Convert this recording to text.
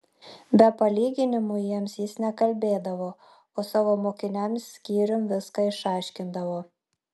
be palyginimų jiems jis nekalbėdavo o savo mokiniams skyrium viską išaiškindavo